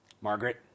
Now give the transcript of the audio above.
Margaret